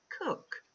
Cook